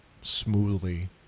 smoothly